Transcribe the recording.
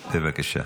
בבקשה,